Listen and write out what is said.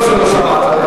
טוב שלא שמעת.